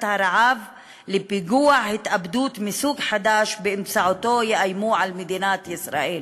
הרעב לפיגוע התאבדות מסוג חדש שבאמצעותו יאיימו על מדינת ישראל.